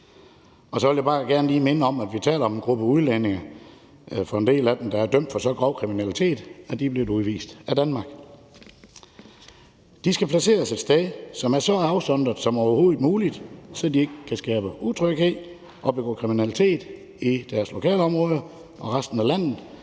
Og så vil jeg bare gerne lige minde om, at vi taler om en gruppe udlændinge, hvor en del af dem er dømt for så grov kriminalitet, at de er blevet udvist af Danmark. De skal placeres et sted, som er så afsondret som overhovedet muligt, så de ikke kan skabe utryghed og begå kriminalitet i deres lokalområde og resten af landet,